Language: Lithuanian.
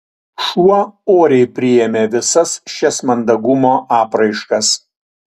šuo oriai priėmė visas šias mandagumo apraiškas